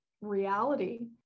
reality